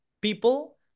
people